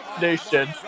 Nation